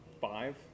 five